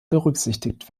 berücksichtigt